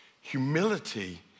humility